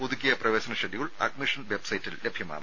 പുതുക്കിയ പ്രവേശന schedule admission വെബ്സൈറ്റിൽ ലഭ്യമാണ്